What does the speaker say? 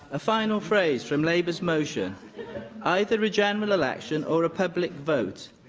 a final phrase from labour's motion either a general election or a public vote.